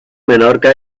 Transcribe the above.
menorca